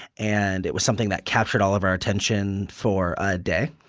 and it was something that captured all of our attention for a day,